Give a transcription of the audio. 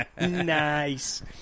Nice